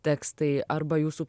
tekstai arba jūsų